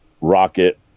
Rocket